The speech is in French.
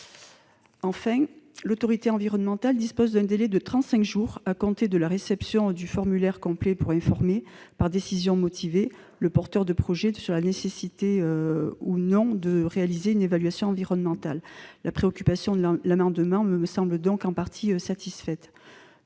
Enfin, l'autorité environnementale dispose d'un délai de trente-cinq jours à compter de la réception du formulaire complet pour informer, par décision motivée, le porteur de projet de la nécessité ou non de réaliser une évaluation environnementale. La préoccupation exposée dans l'amendement étant en partie satisfaite,